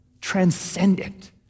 transcendent